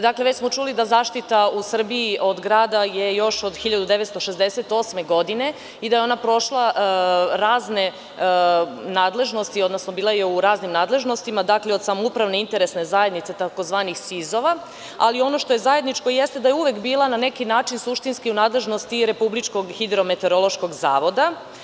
Dakle, već smo čuli da zaštita u Srbiji od grada je još od 1968. godine i da je ona prošla razne nadležnosti, odnosno bila je u raznim nadležnostima, dakle, od samoupravne interesne zajednice, tzv. SIZ-ova, ali ono što je zajedničko jeste da je uvek bila na neki način suštinski u nadležnosti RHMZ.